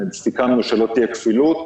סיכמנו שלא תהיה כפילות.